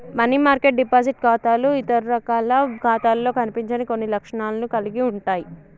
money market deposit ఖాతాలు ఇతర రకాల ఖాతాలలో కనిపించని కొన్ని లక్షణాలను కలిగి ఉంటయ్